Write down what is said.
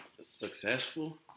Successful